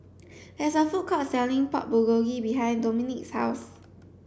there is a food court selling Pork Bulgogi behind Dominique's house